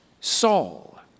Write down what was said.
Saul